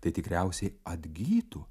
tai tikriausiai atgytų